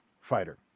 fighter